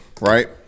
right